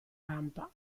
rampa